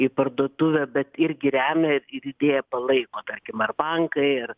į parduotuvę bet irgi remia ir idėją palaiko tarkim ar bankai ar